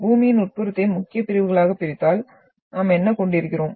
பூமியின் உட்புறத்தை முக்கிய பிரிவுகளாகப் பிரித்தால் நாம் என்ன கொண்டிருக்கிறோம்